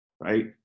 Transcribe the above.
right